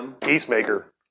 Peacemaker